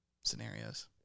Scenarios